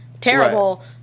terrible